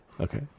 Okay